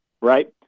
right